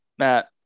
Matt